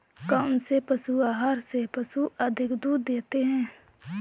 कौनसे पशु आहार से पशु अधिक दूध देते हैं?